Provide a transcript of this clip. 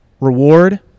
reward